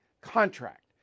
contract